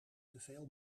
teveel